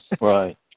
Right